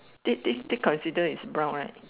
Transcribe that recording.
this this this consider is brown right